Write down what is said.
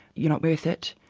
you're not worth it.